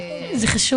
זה קורה